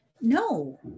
no